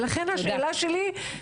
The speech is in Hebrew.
לכן השאלה שלי,